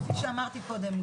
כפי שאמרתי קודם,